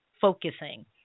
focusing